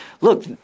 look